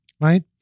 right